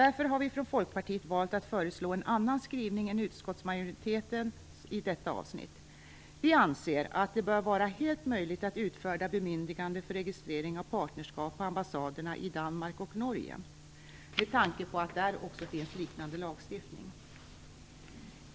Därför har vi i Folkpartiet valt att föreslå en annan skrivning än utskottsmajoritetens i detta avsnitt. Vi anser att det bör vara helt möjligt att utfärda bemyndigande för registrering av partnerskap på ambassaderna i Danmark och i Norge, med tanke på att det där också finns liknande lagstiftning.